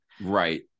Right